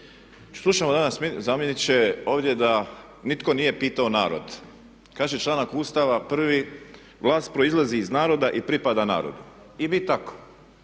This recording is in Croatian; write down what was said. Slušamo danas zamjeniče ovdje da nitko nije pitao narod. Kaže članak Ustava prvi:"Vlast proizlazi iz naroda i pripada narodu." i bi tako.